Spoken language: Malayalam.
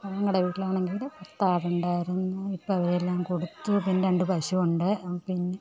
ഞങ്ങളുടെ വീട്ടിൽ ആണെങ്കിൽ പത്ത് ആടുണ്ടായിരുന്നു ഇപ്പം അവയെ എല്ലാം കൊടുത്തു പിന്നെ രണ്ടു പശുവുണ്ട് പിന്നെ